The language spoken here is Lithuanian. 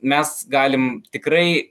mes galim tikrai